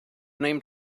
named